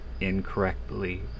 incorrectly